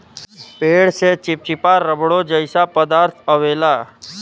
पेड़ से चिप्चिपा रबड़ो जइसा पदार्थ अवेला